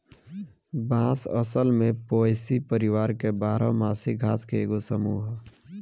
बांस असल में पोएसी परिवार के बारह मासी घास के एगो समूह ह